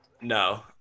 No